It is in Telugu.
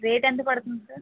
రేట్ ఎంత పడుతుంది సార్